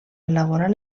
elaborar